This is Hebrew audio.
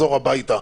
תחזור הביתה,